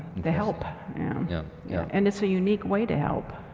to help. and yeah and it's a unique way to help.